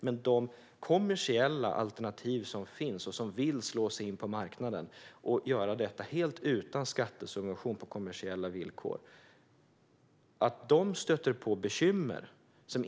Men de kommersiella alternativ som finns och som vill slå sig in på marknaden, på kommersiella villkor helt utan skattesubvention, stöter på bekymmer.